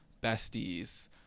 besties